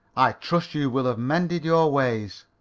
i trust you will have mended your ways.